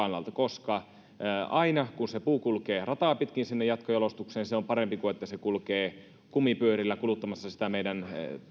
kannalta aina se kun puu kulkee rataa pitkin sinne jatkojalostukseen on parempi kuin se että se kulkee kumipyörillä kuluttamassa sitä meidän